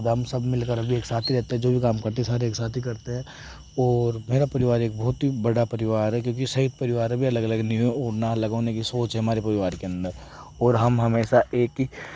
अब हम सब मिलकर अभी एक साथ ही रहते है जो भी काम करते है सारे एक साथ ही करते है और मेरा परिवार एक बहुत ही बड़ा परिवार है क्योंकि संयुक्त परिवारों के अलग अलग नहीं हुए और न अलग होने की सोच है हमारे परिवार के अन्दर और हम हमेशा एक ही